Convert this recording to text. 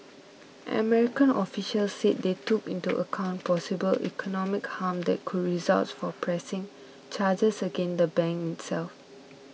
American officials said they took into account possible economic harm that could result from pressing charges against the bank itself